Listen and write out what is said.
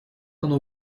оно